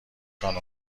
خانم